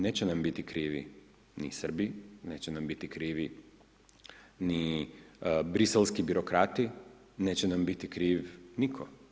Neće nam biti krivi ni Srbi, neće nam biti krivi ni briselski birokrati, neće nam biti kriv nitko.